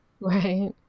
Right